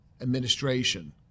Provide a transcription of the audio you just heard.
administration